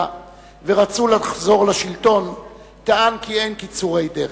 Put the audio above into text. ורצו לחזור לשלטון טען כי אין קיצורי דרך.